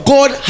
God